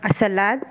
salad